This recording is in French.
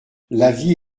l’avis